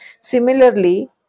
Similarly